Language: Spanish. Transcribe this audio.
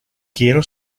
quiero